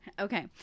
Okay